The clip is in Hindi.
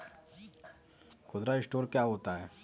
खुदरा स्टोर क्या होता है?